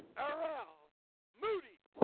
arel moodie.